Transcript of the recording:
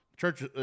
church